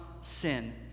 sin